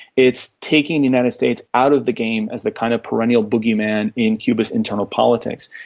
it's taking the united states out of the game as the kind of perennial boogieman in cuba's internal politics.